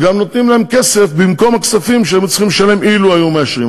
גם נותנים להם כסף במקום הכספים שהיינו צריכים לשלם אילו היו מאשרים.